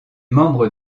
membre